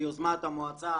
ביוזמת המועצה,